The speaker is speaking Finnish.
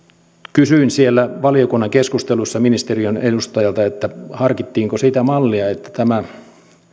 kysyin siellä valiokunnan keskustelussa ministeriön edustajalta harkittiinko sitä mallia että tämä